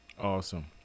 Awesome